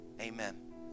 Amen